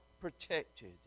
protected